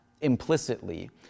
implicitly